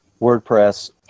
WordPress